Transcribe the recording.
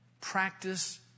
Practice